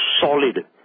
solid